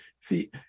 See